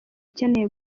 ikeneye